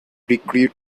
recruit